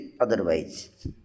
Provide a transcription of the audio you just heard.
otherwise